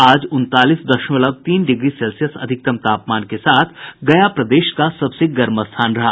आज उनतालीस दशमलव तीन डिग्री सेल्सियस अधिकतम तापमान के साथ गया प्रदेश का सबसे गर्म स्थान रहा